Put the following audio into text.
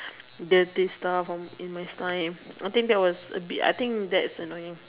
dirty stuff in my slime I think that's a bit I think that's annoying